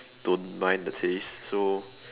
don't mind the taste so